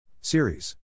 Series